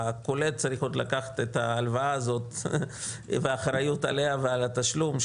הקולט צריך עוד לקחת את ההלוואה הזאת והאחריות עליה ועל התשלום,